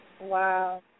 Wow